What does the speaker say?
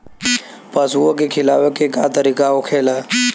पशुओं के खिलावे के का तरीका होखेला?